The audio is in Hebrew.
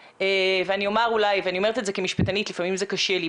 אני אומרת את זה כמשפטנית, לפעמים זה קשה לי.